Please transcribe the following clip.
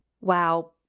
Wow